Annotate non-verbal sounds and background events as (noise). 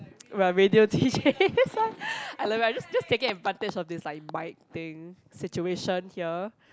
we are radio DJs (laughs) I love it just just taking advantage of this like mic thing situation here